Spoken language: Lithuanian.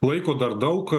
laiko dar daug